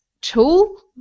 tool